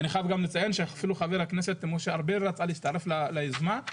ואני חייב לציין שחבר הכנסת משה ארבל רצה להצטרף ליוזמה.